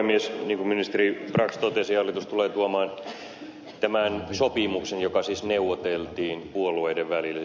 niin kuin ministeri brax totesi hallitus tulee tuomaan tämän sopimuksen joka siis neuvoteltiin puolueiden välillä